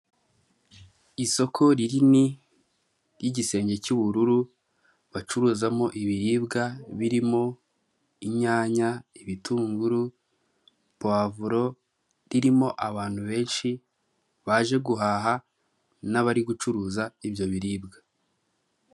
Isoko rinini ry'igisenge cy'ubururu bacuruzamo ibiribwa birimo inyanya ,ibitunguru puwavuro ririmo abantu benshi baje guhaha n'abari gucuruza ibyo biribwa .